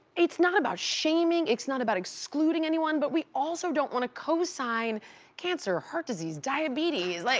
it's not about shaming, it's not about excluding anyone. but we also don't wanna co-sign cancer, heart disease, diabetes, like.